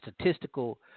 statistical